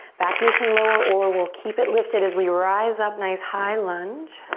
back knee can lower or we'll keep it lifted as we rise up, nice high lunge.